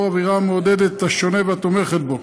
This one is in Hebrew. אווירה המעודדת את השונה והתומכת בו".